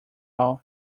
all